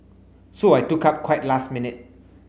so I took up quite last minute